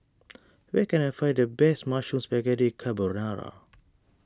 where can I find the best Mushroom Spaghetti Carbonara